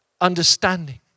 understanding